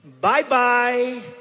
Bye-bye